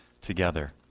together